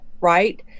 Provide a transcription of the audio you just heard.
right